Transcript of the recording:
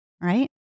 right